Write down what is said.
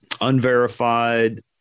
Unverified